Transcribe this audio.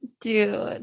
Dude